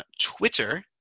twitter